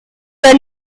were